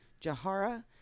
Jahara